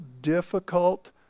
difficult